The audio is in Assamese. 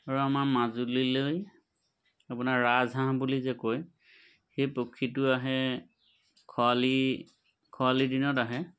আৰু আমাৰ মাজুলীলৈ আপোনাৰ ৰাজহাঁহ বুলি যে কয় সেই পক্ষীটো আহে খৰালি খৰালি দিনত আহে